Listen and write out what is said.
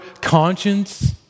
conscience